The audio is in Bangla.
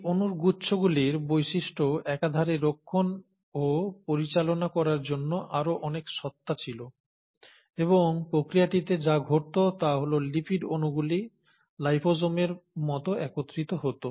এই অণুর গুচ্ছগুলির বৈশিষ্ট্য একাধারে রক্ষণ ও পরিচালনা করার জন্য আরও অনেক সত্তা ছিল এবং প্রক্রিয়াটিতে যা ঘটত তা হল লিপিড অণুগুলি লাইপোসোমের মতো একত্রিত হত